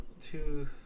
two